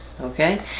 Okay